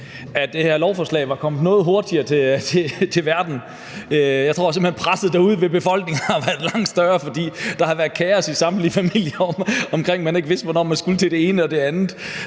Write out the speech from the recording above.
var det her lovforslag kommet noget hurtigere til verden. Jeg tror simpelt hen, at presset derude ved befolkningen ville have været langt større, fordi der havde været et kaos i samtlige familier, fordi man ikke vidste, hvornår man skulle til det ene og det andet.